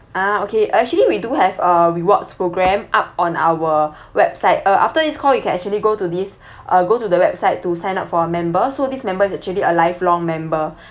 ah okay actually we do have a rewards programme up on our website uh after his call you can actually go to this uh go to the website to sign up for member so this member is actually a lifelong member